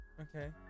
Okay